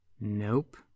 nope